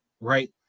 right